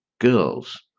girls